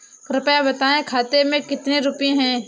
कृपया बताएं खाते में कितने रुपए हैं?